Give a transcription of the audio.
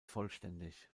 vollständig